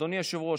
אדוני היושב-ראש,